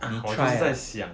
我就是在想